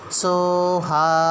soha